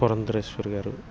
పురందేశ్వరి గారు